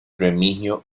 remigio